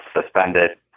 suspended